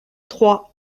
trois